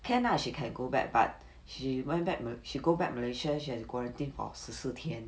can lah she can go back but she went back ma~ she go back malaysia she have to quarantine for 十四天